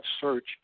search